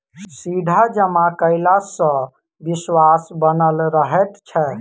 सीधा जमा कयला सॅ विश्वास बनल रहैत छै